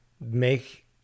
make